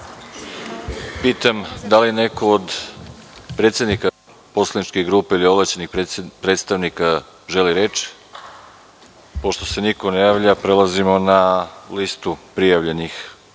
Arsić** Da li neko od predsednika poslaničke grupe ili ovlašćenih predstavnika želi reč? (Ne.)Pošto se niko ne javlja, prelazimo na listu prijavljenih